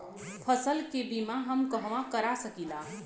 फसल के बिमा हम कहवा करा सकीला?